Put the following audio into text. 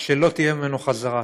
שלא תהיה ממנו חזרה.